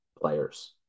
players